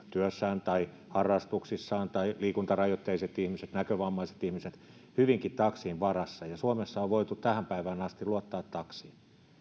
työssään tai harrastuksissaan taksia käyttävät tai liikuntarajoitteiset ihmiset näkövammaiset ihmiset ovat hyvinkin taksin varassa ja suomessa on voitu tähän päivään asti luottaa taksiin